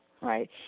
right